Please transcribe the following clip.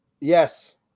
Yes